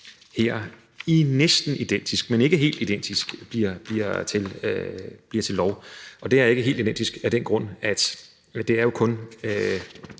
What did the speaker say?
her i næsten identisk, men ikke helt identisk form, bliver til lov. Det er ikke helt identisk af den grund, at det kun